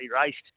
raced